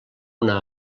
una